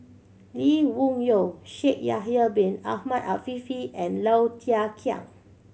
Lee Wung Yew Shaikh Yahya Bin Ahmed Afifi and Low Thia Khiang